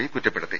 P കുറ്റപ്പെടുത്തി